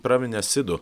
praminė sidu